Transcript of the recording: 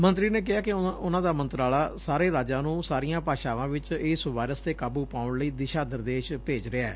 ਮੰਤਰੀ ਨੇ ਕਿਹਾ ਕਿ ਉਨੂਾ ਦਾ ਮੰਤਰਾਲਾ ਸਾਰੇ ਰਾਜਾਂ ਨੂੰ ਸਾਰੀਆਂ ਭਾਸ਼ਾਵਾਂ ਵਿਚ ਇਸ ਵਾਇਰਸ ਤੇ ਕਾਬੂ ਪਾਉਣ ਲਈ ਦਿਸ਼ਾ ਨਿਰਦੇਸ਼ ਭੇਜ ਰਿਹੈ